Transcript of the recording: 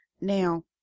Now